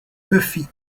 buffy